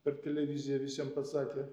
per televiziją visiem pasakė